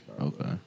Okay